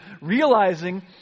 realizing